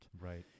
right